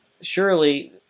surely